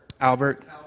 Albert